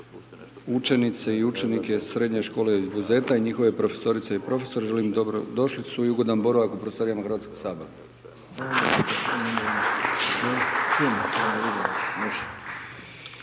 učenice u učenike Srednje škole iz Buzeta i njihove profesorice i profesore, želim dobrodošlicu i ugodan boravak u prostorijama HS…/Pljesak/…